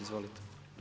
Izvolite.